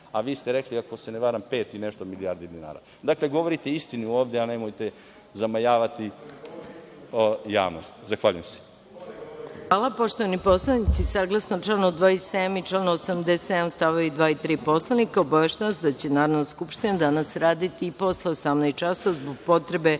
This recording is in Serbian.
a vi ste rekli, ako se ne varam, pet i nešto milijarde dinara. Dakle, govorite istinu ovde, a nemojte zamajavati javnost. Zahvaljujem se. **Maja Gojković** Hvala. Poštovani poslanici, saglasno članu 27. i članu 87. st. 2. i 3. Poslovnika, obaveštavam vas da će Narodna skupština danas raditi i posle 18.00 časova, zbog potrebe